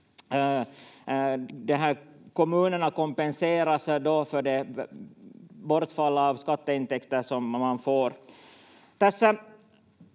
kommunerna kompenseras för det bortfall av skatteintäkter som man får.